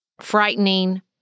frightening